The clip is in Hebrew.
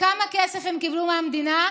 וכמה כסף הם קיבלו מהמדינה?